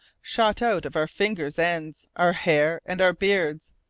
shot out of our fingers' ends, our hair, and our beards.